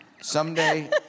Someday